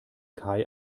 kai